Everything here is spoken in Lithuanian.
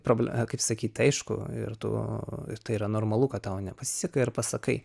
proble kaip sakyt aišku ir tu tai yra normalu kad tau nepasiseka ir pasakai